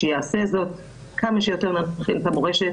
שיעשה זאת, כמה שיותר להנחיל את המורשת